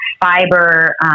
fiber